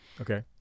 Okay